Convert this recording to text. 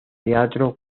teatro